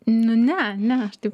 nu ne ne aš taip